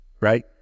right